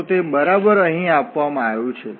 તો તે બરાબર અહીં આપવામાં આવ્યું છે